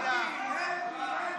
להביע אי-אמון